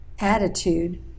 attitude